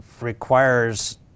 requires